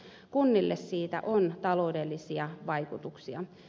kunnille siitä on taloudellisia vaikutuksia